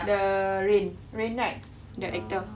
the rain rain right the actor